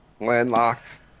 landlocked